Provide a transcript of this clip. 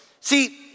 See